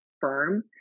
firm